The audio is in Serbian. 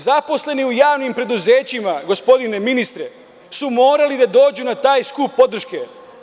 Zaposleni u javnim preduzećima, gospodine ministre, su morali da dođu na taj skup podrške.